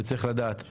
וצריך לדעת,